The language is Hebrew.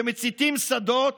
שמציתים שדות